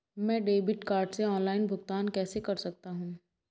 मैं debit card से online भुगतान कैसे कर सकता हूँ?